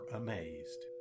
amazed